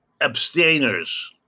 abstainers